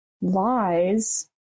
Lies